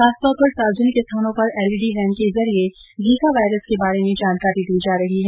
खासतौर पर सार्वजनिक स्थानों पर एलईडी वैन के जरिए जीका वायरस के बारे में जानकारी दी जा रही है